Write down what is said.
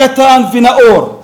קטן ונאור,